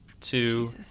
two